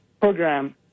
program